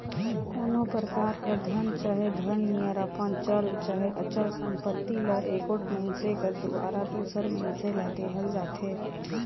कोनो परकार कर धन चहे धन नियर अपन चल चहे अचल संपत्ति ल एगोट मइनसे कर दुवारा दूसर मइनसे ल देहल जाथे